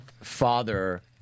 father